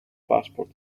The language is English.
passport